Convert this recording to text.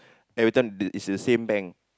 every time this is the same bank